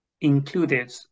included